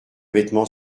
vêtements